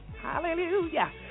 Hallelujah